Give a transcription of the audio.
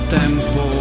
tempo